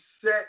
set